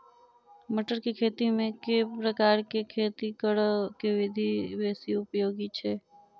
मटर केँ खेती मे केँ प्रकार केँ खेती करऽ केँ विधि बेसी उपयोगी छै?